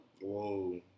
Whoa